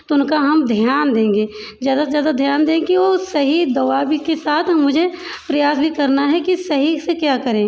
तो उनका हम ध्यान देंगे ज़्यादा से ज़्यादा ध्यान देंगे वो सही दवा भी के साथ मुझे प्रयास भी करना है कि सही से क्या करें